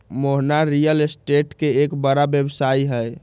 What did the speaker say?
Mohana real estate के एक बड़ा व्यवसायी हई